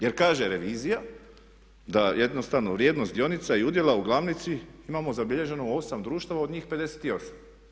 Jer kaže Revizija da jednostavno vrijednost dionica i udjela u glavnici imamo zabilježeno u 8 društava od njih 58.